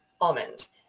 almonds